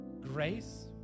grace